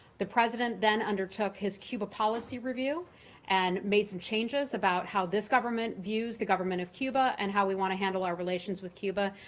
the president then undertook his cuba policy review and made some changes about how this government views the government of cuba and how we want to handle our relations with cuba.